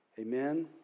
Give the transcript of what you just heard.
Amen